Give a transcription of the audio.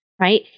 right